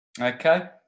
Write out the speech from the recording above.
Okay